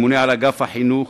ממונה על אגף החינוך,